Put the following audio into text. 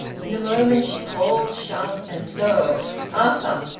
in a moment she called, sharp and low arthur!